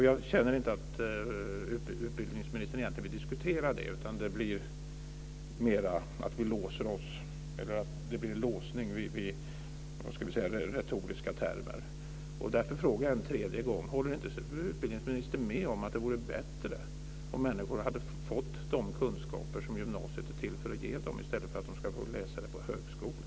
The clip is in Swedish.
Jag känner inte att utbildningsministern egentligen vill diskutera detta, utan det blir mera en låsning i retoriska termer. Jag frågar därför en tredje gång: Håller inte utbildningsministern med om att det vore bättre om människor hade fått de kunskaper som gymnasiet är till för att ge dem i stället för att de ska läsa sig till dem på högskolan?